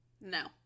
No